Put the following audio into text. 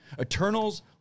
Eternals